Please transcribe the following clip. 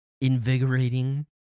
invigorating